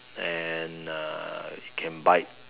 and uh it can bite